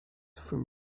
from